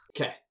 Okay